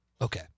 Okay